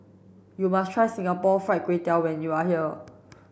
you must try Singapore fried Kway Tiao when you are here